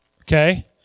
Okay